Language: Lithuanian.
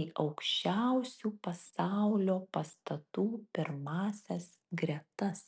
į aukščiausių pasaulio pastatų pirmąsias gretas